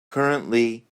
currently